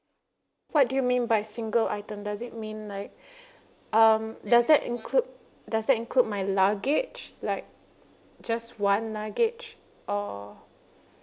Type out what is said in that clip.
what do you mean by single item does it mean like um does that include does that include my luggage like just one luggage or